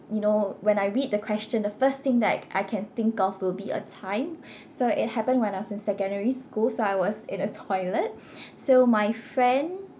you know when I read the question the first thing that I I can think of will be a time so it happened when I was in secondary school so I was in a toilet so my friend